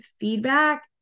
feedback